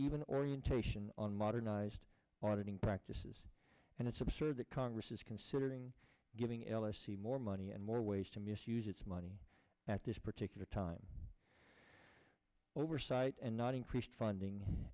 even orientation on modernized auditing practices and it's absurd that congress is considering giving l s c more money and more ways to misuse its money at this particular time oversight and not increased funding